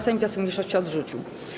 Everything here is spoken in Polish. Sejm wniosek mniejszości odrzucił.